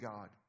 God